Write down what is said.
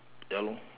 ya lor